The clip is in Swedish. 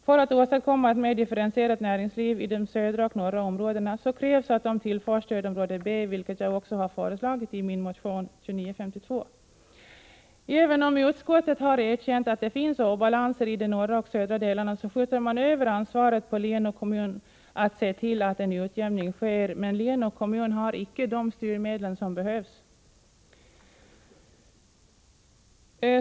För att åstadkomma ett mer differentierat näringsliv i de södra och norra områdena krävs att de tillförs stödområde B, vilket jag också har föreslagit i min motion 2952. Även om utskottet har erkänt att det finns obalanser i de norra och södra delarna, skjuter man över ansvaret på län och kommun att se till att en utjämning sker. Men län och kommun har icke de styrmedel som behövs.